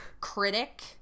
critic